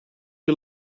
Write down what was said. you